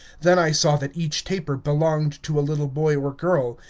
then i saw that each taper belonged to a little boy or girl,